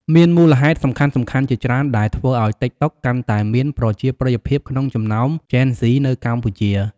មានមូលហេតុសំខាន់ៗជាច្រើនដែលធ្វើឱ្យ តិកតុក កាន់តែមានប្រជាប្រិយភាពក្នុងចំណោមជេនហ្ស៊ីនៅកម្ពុជា។